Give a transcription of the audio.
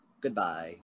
Goodbye